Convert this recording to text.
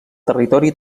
territori